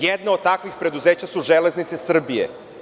Jedno od takvih preduzeća su „Železnice Srbije“